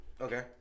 Okay